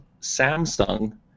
Samsung